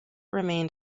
remained